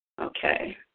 Okay